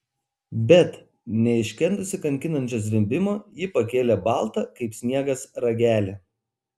bet neiškentusi kankinančio zvimbimo ji pakėlė baltą kaip sniegas ragelį